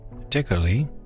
particularly